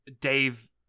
Dave